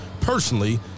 personally